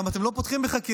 למה אתם לא פותחים בחקירה?